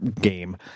game